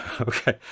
Okay